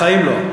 בחיים לא.